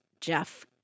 Jeff